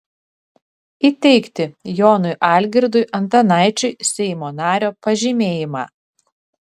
įteikti jonui algirdui antanaičiui seimo nario pažymėjimą